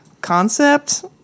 concept